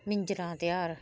मिजंरा दा ध्यार